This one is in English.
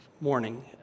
morning